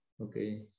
Okay